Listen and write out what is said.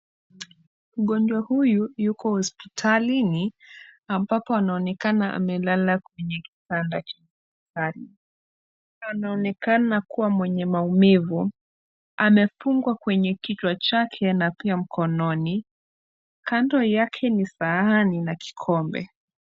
Mgonjwa huyu yuko hospitalini, ambapo anaonekana amelala kwenye kitanda cha hospitali. Anaonekana kuwa mwenye maumivu. Amefungwa kwenye kichwa chake na pia mkononi. Kando yake ni sahani na kikombe.